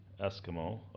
Eskimo